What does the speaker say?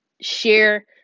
share